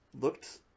looked